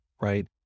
right